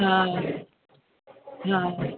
हा हा